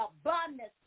abundance